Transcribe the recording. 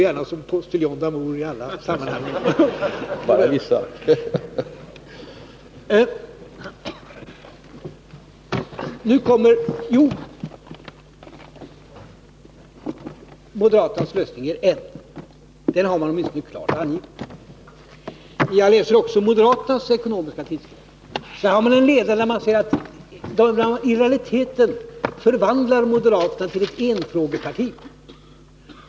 Jo, moderaternas lösning är en — den har man åtminstone klart angivit. Jag läser också moderaternas ekonomiska tidskrift. Där finns en ledare i vilken moderaterna i realiteten förvandlas till ett enfrågeparti.